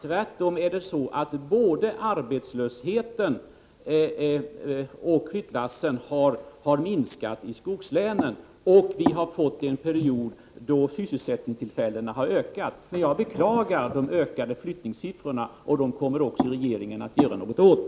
Tvärtom är det så att både arbetslösheten och flyttlassen har minskat i skogslänen, och vi har fått en period då sysselsättningstillfällena har ökat. Men jag beklagar de höga flyttningssiffrorna, och de kommer regeringen att göra något åt.